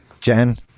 Jen